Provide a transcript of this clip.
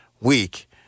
week